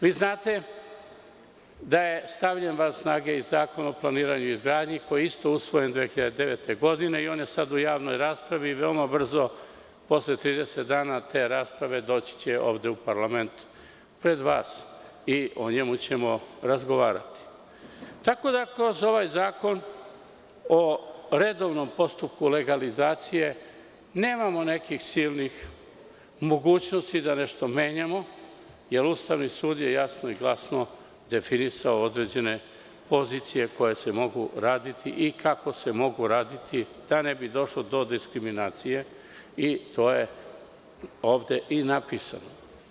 Vi znate da je stavljen van snage i zakon o planiranju i izgradnji, koji je isto usvojen 2009. godine i on je sada u javnoj raspravi, veoma brzo, posle 30 dana te rasprave, doći će ovde u parlament pred vas i o njemu ćemo razgovarati, tako da kroz ovaj zakon o redovnom postupku legalizacije nemamo nekih silnih mogućnosti da nešto menjamo, jer Ustavni sud je jasno i glasno definisao određene pozicije koje se mogu raditi i kako se mogu raditi, da ne bi došlo do diskriminacije i to je ovde i napisano.